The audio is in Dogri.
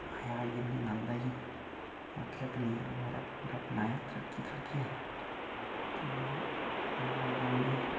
मज़ा आइया उ'नें गी नंद आई मटर पनीर बगैरा पूरा बनाया त्रड़की त्रुड़कियै ते मजा आइया उ'नें ई